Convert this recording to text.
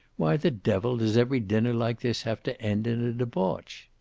why the devil does every dinner like this have to end in a debauch?